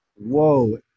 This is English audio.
whoa